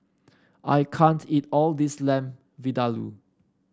I can't eat all this Lamb Vindaloo